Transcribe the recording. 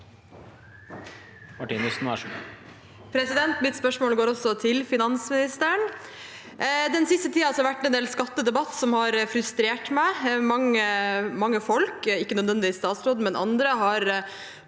Mitt spørsmål går også til finansministeren. Den siste tiden har det vært en del skattedebatter som har frustrert meg. Mange – ikke nødvendigvis statsråden, men andre – har